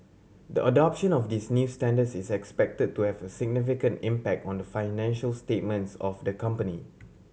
the adoption of these new standards is expected to have a significant impact on the financial statements of the company